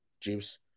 juice